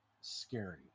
scary